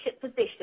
position